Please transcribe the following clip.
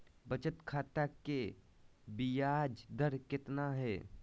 बचत खाता के बियाज दर कितना है?